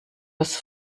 des